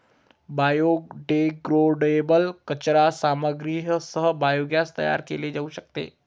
biodegradable कचरा सामग्रीसह biogas तयार केले जाऊ शकते